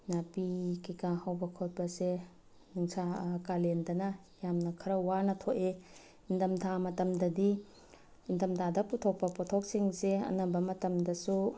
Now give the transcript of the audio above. ꯅꯥꯄꯤ ꯀꯩꯀꯥ ꯍꯧꯕ ꯈꯣꯠꯄꯁꯦ ꯅꯨꯡꯁꯥ ꯀꯥꯂꯦꯟꯗꯅ ꯌꯥꯝꯅ ꯈꯔ ꯋꯥꯅ ꯊꯣꯛꯑꯦ ꯅꯤꯡꯊꯝ ꯊꯥ ꯃꯇꯝꯗꯗꯤ ꯅꯤꯡꯊꯝ ꯊꯥꯗ ꯄꯨꯊꯣꯛꯄ ꯄꯣꯠꯊꯣꯛꯁꯤꯡꯁꯦ ꯑꯅꯝꯕ ꯃꯇꯝꯗꯁꯨ